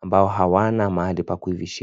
ambao hawana mahali pakuivishia.